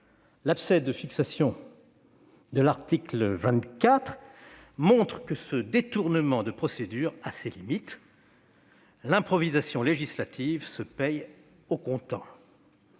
L'abcès de fixation de l'article 24 démontre que ce détournement de procédure a ses limites ; l'improvisation législative se paye comptant.